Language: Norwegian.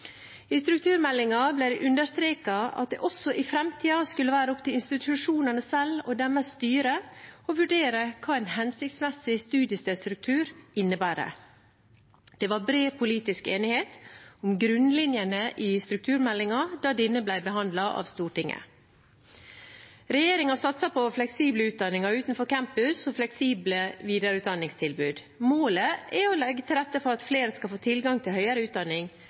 I strukturmeldingen ble det understreket at det også i framtiden skulle være opp til institusjonene selv og deres styre å vurdere hva en hensiktsmessig studiestedsstruktur innebærer. Det var bred politisk enighet om grunnlinjene i strukturmeldingen da denne ble behandlet av Stortinget. Regjeringen satser på fleksible utdanninger utenfor campusene og fleksible videreutdanningstilbud. Målet er å legge til rette for at flere skal få tilgang til høyere utdanning